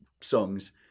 songs